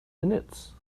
minutes